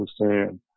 understand